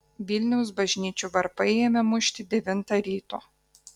vilniaus bažnyčių varpai ėmė mušti devintą ryto